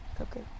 Okay